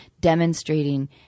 demonstrating